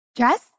Dress